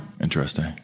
interesting